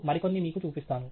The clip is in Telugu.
మరికొన్ని మీకు చూపిస్తాను